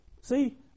See